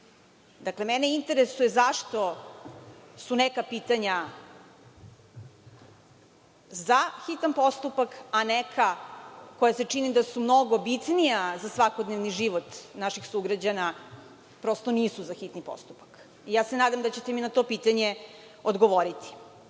mene interesuje zašto su neka pitanja za hitan postupak, a neka, koja se čini da su mnogo bitnija za svakodnevni život naših sugrađana, prosto nisu za hitni postupak? Nadam se da ćete mi na to pitanje odgovoriti. Dalje,